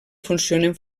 funcionen